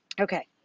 Okay